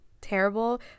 terrible